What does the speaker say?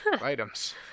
items